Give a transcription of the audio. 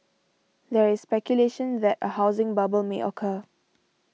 there is speculation that a housing bubble may occur